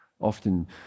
Often